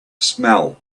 smell